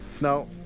Now